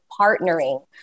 partnering